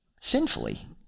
sinfully